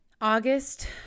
august